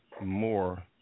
more